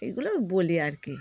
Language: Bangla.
এগুলো বলি আর কি